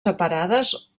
separades